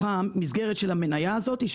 סכום שעומד על הפרק במסגרת המניה הזאת,